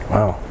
Wow